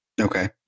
Okay